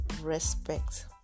respect